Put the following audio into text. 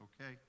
okay